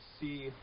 see